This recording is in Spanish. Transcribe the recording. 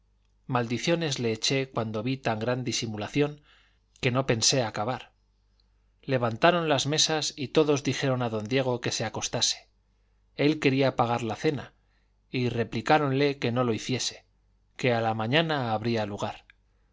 maldiciones le eché cuando vi tan gran disimulación que no pensé acabar levantaron las mesas y todos dijeron a don diego que se acostase él quería pagar la cena y replicáronle que no lo hiciese que a la mañana habría lugar